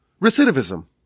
recidivism